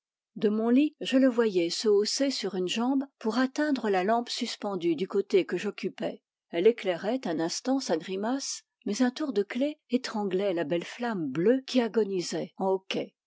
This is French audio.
de mon lit je le voyais se hausser sur une jambe pour atteindre la lampe suspendue du côté que j'occupais elle éclairait un instant sa grimace mais un tour de clef étranglait la belle flamme bleue qui agonisait